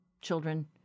children